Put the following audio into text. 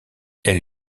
elle